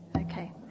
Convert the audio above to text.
Okay